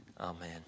Amen